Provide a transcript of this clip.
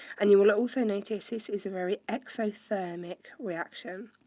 and you will also notice this is a very exothermic reaction.